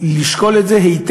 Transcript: היא לשקול את זה היטב.